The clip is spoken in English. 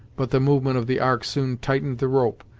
but the movement of the ark soon tightened the rope,